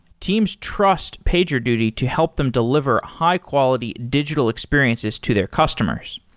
teams trust pagerduty to help them deliver high-quality digital experiences to their customers.